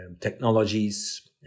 technologies